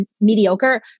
mediocre